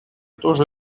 тоже